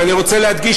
ואני רוצה להדגיש,